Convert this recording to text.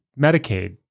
Medicaid